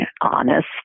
honest